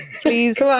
Please